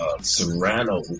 Serrano